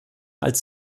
als